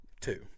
two